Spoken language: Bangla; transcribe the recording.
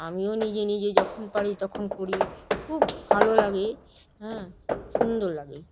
আমিও নিজে নিজে যখন পারি তখন করি খুব ভালো লাগে হ্যাঁ সুন্দর লাগে